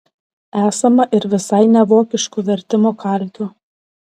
esama ir visai nevokiškų vertimo kalkių